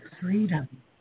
freedom